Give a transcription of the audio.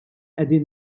qegħdin